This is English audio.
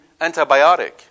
antibiotic